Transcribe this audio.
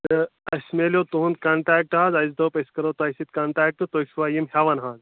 تہٕ اَسہِ مِلیو تُہُنٛد کَنٹیکٹ حظ اَسہِ دوٚپ أسۍ کَرو تۄہہِ سۭتۍ کَنٹیکٹ تُہۍ چھُوا یِم ہٮ۪وان حظ